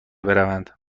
بروند